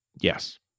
Yes